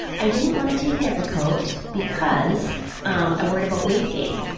i didn't want to take depakote because um i worried about weight gain